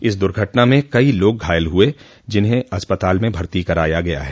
इस दुर्घटना में कई लोग घायल हो गये जिन्हें अस्पताल में भर्ती करा दिया गया है